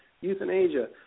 euthanasia